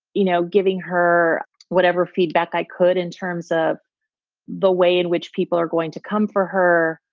you know, giving her whatever feedback i could in terms of the way in which people are going to come for her,